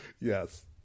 Yes